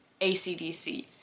ACDC